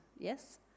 Yes